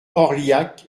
orliac